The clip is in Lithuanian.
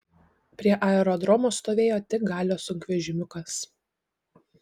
prie aerodromo stovėjo tik galio sunkvežimiukas